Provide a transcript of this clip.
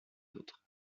autres